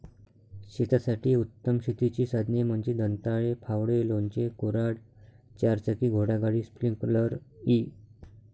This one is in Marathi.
शेतासाठी उत्तम शेतीची साधने म्हणजे दंताळे, फावडे, लोणचे, कुऱ्हाड, चारचाकी घोडागाडी, स्प्रिंकलर इ